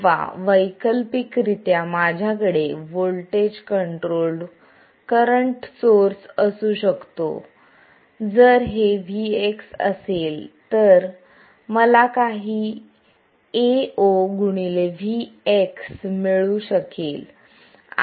किंवा वैकल्पिकरित्या माझ्याकडे व्होल्टेज कंट्रोल्ड करंट सोर्स असू शकतो जर हे Vx असेल तर मला काही AoVx मिळू शकेल